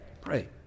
Pray